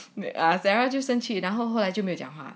sarah 就生气然后后来就没讲话